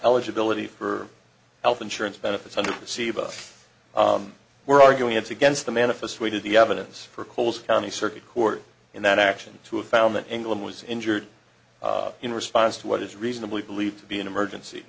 eligibility for health insurance benefits under the ceiba we're arguing it's against the manifest we did the evidence for coles county circuit court and that action to have found an angle and was injured in response to what is reasonably believed to be an emergency